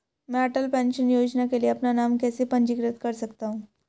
मैं अटल पेंशन योजना के लिए अपना नाम कैसे पंजीकृत कर सकता हूं?